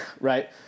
Right